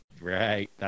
right